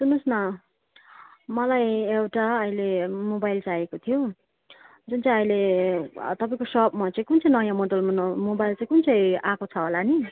सुन्नुहोस् न मलाई एउटा अहिले मोबाइल चाहिएको थियो जुन चाहिँ अहिले तपाईँको सपमा चाहिँ कुन चाहिँ नयाँ मोडलमा मोबाइल चाहिँ कुन चाहिँ आएको छ होला नि